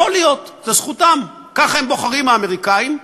יכול להיות, זו זכותם, ככה הם בוחרים, האמריקנים,